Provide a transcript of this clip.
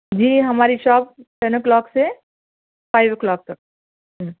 جی ہماری shop ten o'clock سے five o'clock تک